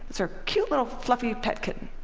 it's her cute little, fluffy pet kitten.